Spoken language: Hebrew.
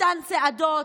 אותן צעדות,